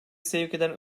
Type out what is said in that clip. sevkeden